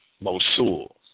Mosul